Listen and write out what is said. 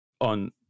on